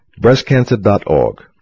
Breastcancer.org